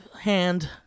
hand